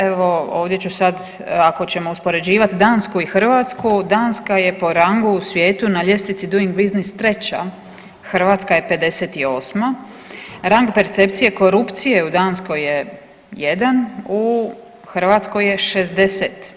Evo ovdje ću sad ako ćemo uspoređivati Dansku i Hrvatsku, Danska je po rangu u svijetu na ljestvici Doing Business 3, Hrvatska je 58, rang percepcije korupcije u Danskoj je 1, u Hrvatskoj je 60.